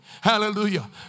Hallelujah